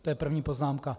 To je první poznámka.